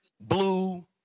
blue